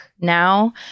now